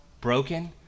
broken